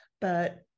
But-